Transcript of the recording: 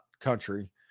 country